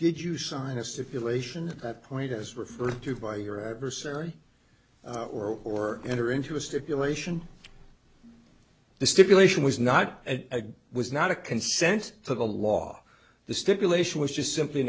did you sign a stipulation that point is referred to by your adversary or enter into a stipulation the stipulation was not a was not a consent to the law the stipulation was just simply